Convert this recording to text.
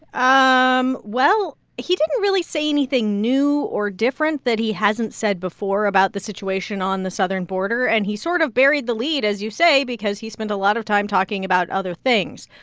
um well, he didn't really say anything new or different that he hasn't said before about the situation on the southern border. and he sort of buried the lead, as you say, because he spent a lot of time talking about other things.